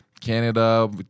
Canada